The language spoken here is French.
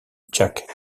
jack